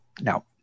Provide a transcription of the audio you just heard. Now